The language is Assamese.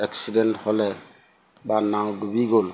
এক্সিডেণ্ট হ'লে বা নাও ডুবি গ'ল